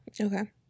Okay